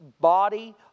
body